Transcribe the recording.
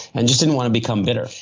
and just didn't want to become bitter.